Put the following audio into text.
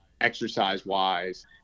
exercise-wise